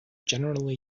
generally